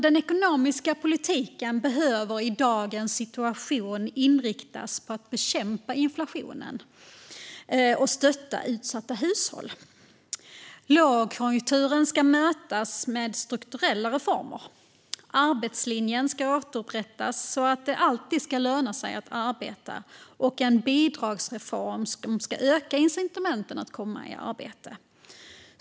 Den ekonomiska politiken behöver i dagens situation inriktas på att bekämpa inflationen och stötta utsatta hushåll. Lågkonjunkturen ska mötas av strukturella reformer. Arbetslinjen ska återupprättas så att det alltid ska löna sig att arbeta, och en bidragsreform ska öka incitamenten att komma i arbete.